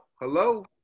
Hello